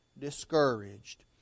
discouraged